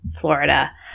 Florida